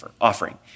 offering